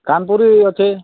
କାନପୁରୀ ଅଛେ